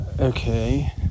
okay